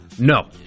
No